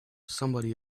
somebody